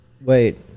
Wait